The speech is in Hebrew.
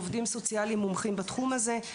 עובדים סוציאליים מומחים בתחום הזה.